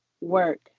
work